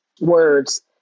words